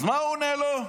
אז מה הוא עונה לו?